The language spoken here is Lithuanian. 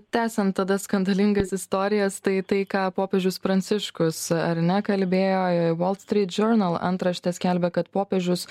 tęsiant tada skandalingas istorijas tai tai ką popiežius pranciškus ar ne kalbėjo wall street journal antraštė skelbia kad popiežius